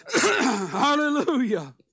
Hallelujah